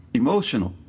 emotional